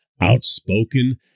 outspoken